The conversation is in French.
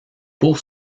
pour